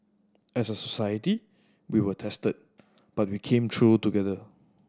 as a society we were tested but we came through together